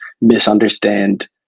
misunderstand